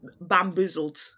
bamboozled